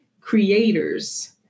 creators